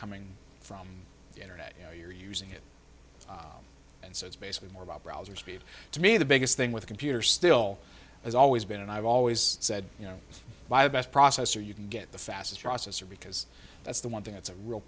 coming from the internet you know you're using it and so it's basically more about browser speed to me the biggest thing with computers still has always been and i've always said you know my best processor you can get the fastest processor because that's the one thing that's a real